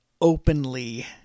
openly